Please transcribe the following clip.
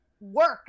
work